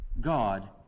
God